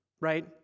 right